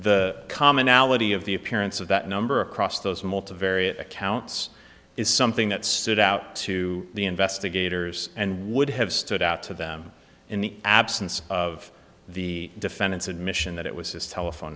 the commonality of the appearance of that number across those multivariate accounts is something that stood out to the investigators and would have stood out to them in the absence of the defendant's admission that it was his telephone